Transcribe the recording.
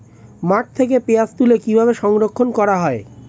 মাঠ থেকে পেঁয়াজ তুলে কিভাবে সংরক্ষণ করা হয়?